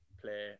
play